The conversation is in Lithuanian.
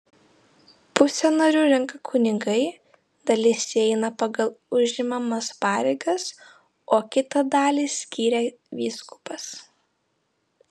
pusę narių renka kunigai dalis įeina pagal užimamas pareigas o kitą dalį skiria vyskupas